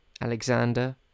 Alexander